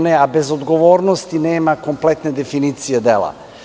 Ne, a bez odgovornosti nema kompletne definicije dela.